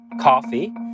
coffee